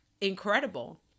incredible